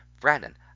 Brandon